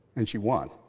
and she won.